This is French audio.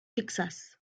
texas